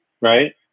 Right